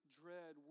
dread